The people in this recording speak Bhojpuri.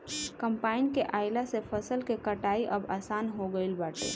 कम्पाईन के आइला से फसल के कटाई अब आसान हो गईल बाटे